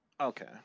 okay